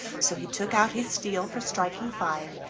so he took out his steel for striking fire,